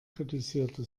kritisierte